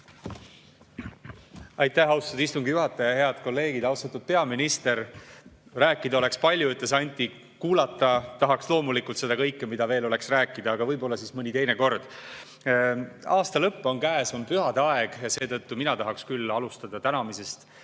Aitäh, austatud istungi juhataja! Head kolleegid! Austatud peaminister! Rääkida oleks palju, ütles Anti. Kuulata tahaks loomulikult seda kõike, mida veel oleks rääkida, aga võib-olla siis mõni teinekord. Aasta lõpp on käes, on pühade aeg, seetõttu mina tahaksin küll alustada tänamisest